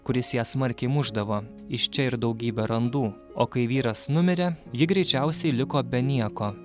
kuris ją smarkiai mušdavo iš čia ir daugybę randų o kai vyras numirė ji greičiausiai liko be nieko